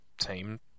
team